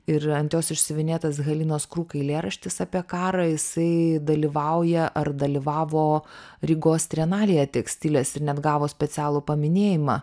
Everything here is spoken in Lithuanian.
ir ant jos išsiuvinėtas halinos krug eilėraštis apie karą jisai dalyvauja ar dalyvavo rygos trienalėje tekstilės ir net gavo specialų paminėjimą